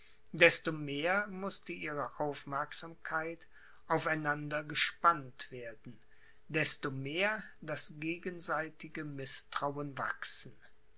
desto mehr mußte ihre aufmerksamkeit auf einander gespannt werden desto mehr das gegenseitige mißtrauen wachsen